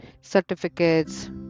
certificates